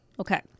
Okay